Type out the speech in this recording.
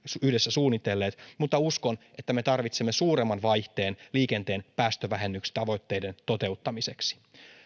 yhdessä suunnitelleet mutta uskon että me tarvitsemme suuremman vaihteen liikenteen päästövähennystavoitteiden toteuttamiseksi